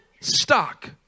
stock